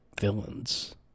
villains